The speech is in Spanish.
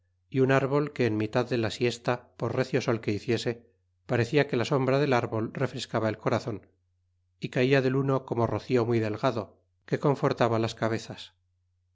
y im árbol que en mitad de la siesta por recio sol que hiciese parecia que la sombra del árbol refrescaba el corazon y caja del uno como rocio muy delgado que confortaba las cabezas